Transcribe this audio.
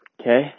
okay